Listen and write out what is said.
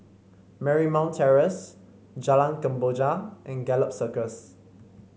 Marymount Terrace Jalan Kemboja and Gallop Circus